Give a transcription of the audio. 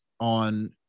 on